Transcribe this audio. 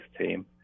team